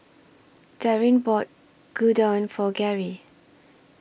Daryn bought Gyudon For Gerri